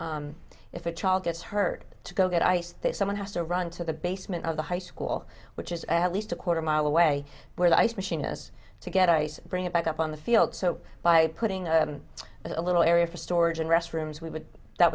so if a child gets hurt to go get ice they someone has to run to the basement of the high school which is i had least a quarter mile away where the ice machine is to get ice and bring it back up on the field so by putting a little area for storage and